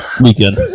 weekend